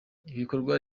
ibikorwa